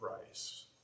price